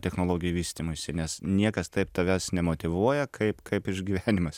technologijų vystymuisi nes niekas taip tavęs nemotyvuoja kaip kaip išgyvenimas